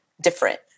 different